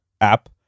app